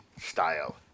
style